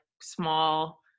small